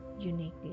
Uniquely